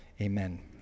amen